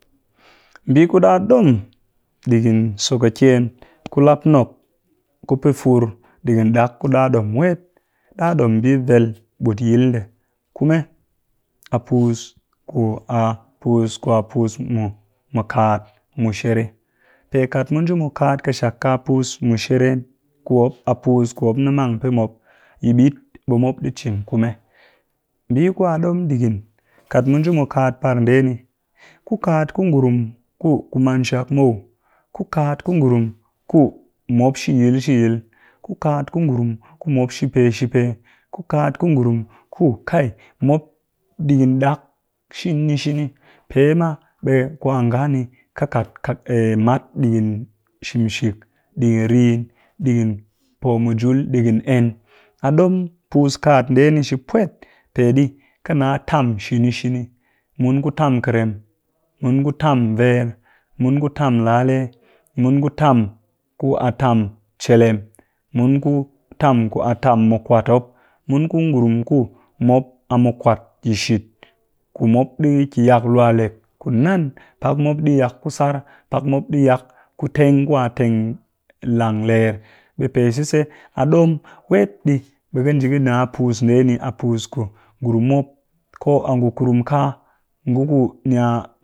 Mbii ku ɗa ɗom ɗigin so kakyen kulap nok ku pɨ fur digin ɗak ku ɗa ɗom wet, ɗa ɗom mbii vel ɓut yil ndee, kume a puus ku a puus kwa a puss mu kaat mushere, pe kat mu nji mu kaat ƙɨshak ka puus mushere ku mop a puus ku mop ni mang pɨ mop yi ɓit ɓe mop ɗi cin kume, mbii ku a ɗom digin kat mu nji mu kaat par ndee ni, ku kaat ku ngurum ku ku man shak muw, ku kaat ku ngurum ku mop shi yil shi yil, ku kaat ku ngurum ku mop shi pe shi pe, ku kaat ku ngurum ku kai mop digin ɗak shini shini, pee ma ɓe kwa nga ni ka kat eh mat ɗigin shim shik, ɗigin rin, ɗigin po mujul, ɗigin en a ɗom puus kaat ndee ni pwet peɗi ƙɨ nna tam shini shini, mun ku tam ƙɨrem, mun ku tam ver, mun ku tam lale mun ku tam ku a tam cilem, mun ku tam ku a tam mu kwaat mop, mun ku ngurum ku mop a mu kwaat yi shiit ku mop ɗi ki yak luwa lek ku nnan, pak mop ɗi yak ku tsar, pak mop ɗi yak ku teng ku a teng lang ler, ɓe pe sise, a ɗom wet ɗii ɓe ka nji ka nna puus ndee ni a puus ku ngurum mop ko a ngu kurum kaa, ngu ku ni a